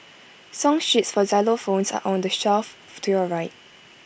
song sheets for xylophones are on the shelf to your right